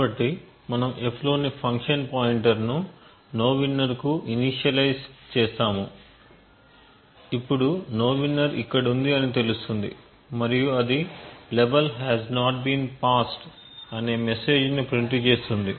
కాబట్టి మనం f లోని ఫంక్షన్ పాయింటర్ను nowinner కు ఇనీషియలైజ్ చేస్తాము ఇప్పుడు nowinner ఇక్కడుంది అని తెలుస్తుంది మరియు అది "level has not been passed" అనే మెసేజ్ ని ప్రింట్ చేస్తుంది